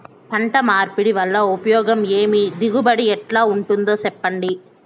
పంట మార్పిడి వల్ల ఉపయోగం ఏమి దిగుబడి ఎట్లా ఉంటుందో చెప్పండి?